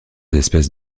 espèces